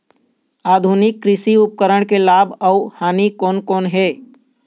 आधुनिक कृषि उपकरण के लाभ अऊ हानि कोन कोन हे?